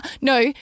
No